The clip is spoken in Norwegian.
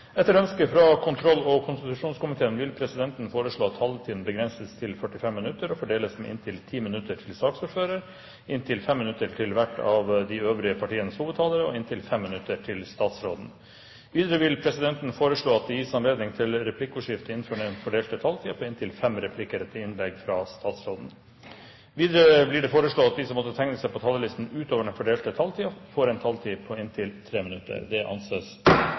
Etter ønske fra kontroll- og konstitusjonskomiteen vil presidenten foreslå at taletiden begrenses til 45 minutter og fordeles med inntil 10 minutter til saksordføreren, inntil 5 minutter til hver av de øvrige partienes hovedtalere og inntil 5 minutter til statsråden. Videre vil presidenten foreslå at det gis anledning til replikkordskifte på inntil fem replikker med svar etter innlegget fra statsråden innenfor den fordelte taletid. Videre blir det foreslått at de som måtte tegne seg på talerlisten utover den fordelte taletid, får en taletid på inntil 3 minutter. – Det anses